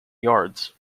yards